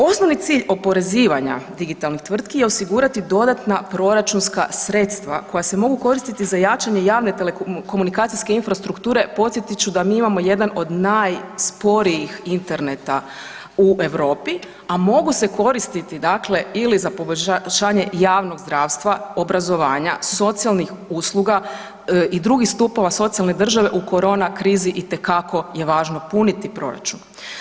Osnovni cilj oporezivanja digitalnih tvrtki je osigurati dodatna proračunska sredstva, koja se mogu koristiti za jačanje javne telekomunikacijske infrastrukture, podsjetit ću da mi imamo jedan od najsporijih interneta u Europi, a mogu se koristiti, dakle, ili za poboljšanje javnog zdravstva, obrazovanja, socijalnih usluga i drugih stupova socijalne države u korona krizi, itekako je važno puniti proračun.